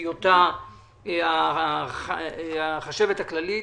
בהיותה החשבת הכללית,